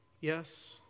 Yes